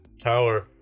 tower